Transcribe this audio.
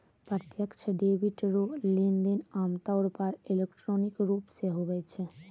प्रत्यक्ष डेबिट रो लेनदेन आमतौर पर इलेक्ट्रॉनिक रूप से हुवै छै